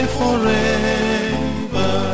forever